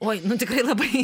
oi nu tikrai labai